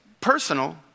personal